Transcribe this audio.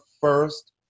first